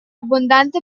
abbondante